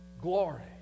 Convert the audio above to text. glory